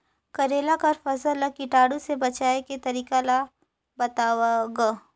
करेला कर फसल ल कीटाणु से बचाय के तरीका ला बताव ग?